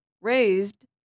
raised